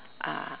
ah